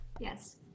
Yes